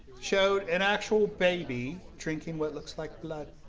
showed an actual baby drinking what looks like blood